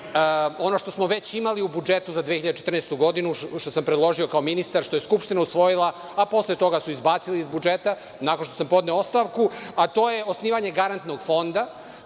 ono što smo već imali u budžetu za 2014. godinu, što sam predložio kao ministar, što je Skupština usvojila, a posle toga su izbacili iz budžeta, nakon što sam podneo ostavku, a to je osnivanje Garantnog fonda.